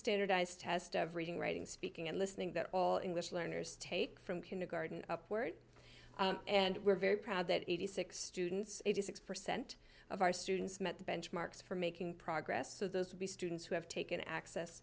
standardized test of reading writing speaking and listening that all english learners take from kindergarten upward and we're very proud that eighty six dollars students eighty six percent of our students met the benchmarks for making progress so those to be students who have taken access